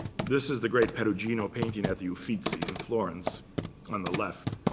this is the great perugino painting at the uffizi in florence on the left,